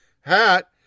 hat